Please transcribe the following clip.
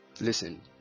Listen